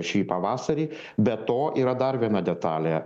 šį pavasarį be to yra dar viena detalė